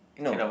no